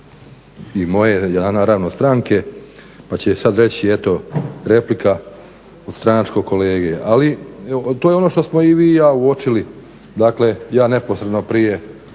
i moje, naravno stranke, pa će sada reći i eto replika od stranačkog kolege. Ali to je ono što smo i vi i ja uočili, dakle ja neposredno prije